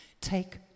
Take